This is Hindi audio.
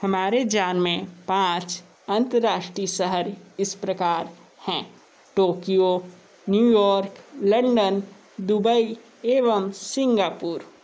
हमारे जान में पाँच अंतरराष्ट्रीय शहर इस प्रकार हैं टोक्यो न्युयोर्क लंडन दुबई एवं सिंगापुर